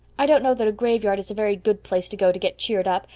i don't know that a graveyard is a very good place to go to get cheered up,